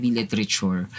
literature